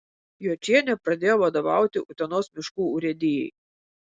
jočienė pradėjo vadovauti utenos miškų urėdijai